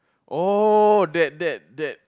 oh that that that